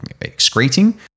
excreting